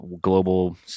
global